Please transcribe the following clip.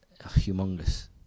humongous